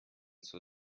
zur